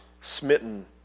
smitten